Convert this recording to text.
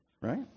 Right